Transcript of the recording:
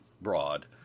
broad